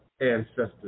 ancestors